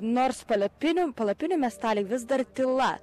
nors palapinių palapinių miestely vis dar tyla